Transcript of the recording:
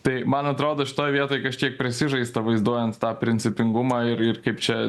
tai man atrodo šitoj vietoj kažkiek prisižaista vaizduojant tą principingumą ir ir kaip čia